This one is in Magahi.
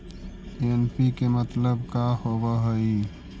एन.पी.के मतलब का होव हइ?